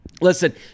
listen